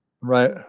right